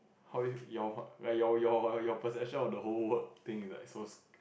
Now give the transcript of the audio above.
how you your your your perception of the whole word think like so